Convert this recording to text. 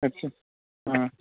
अच्छा हँ